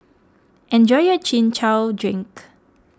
enjoy your Chin Chow Drink